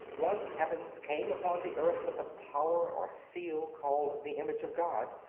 once heaven came upon the earth with a power or seal called the image of god,